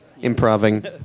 Improving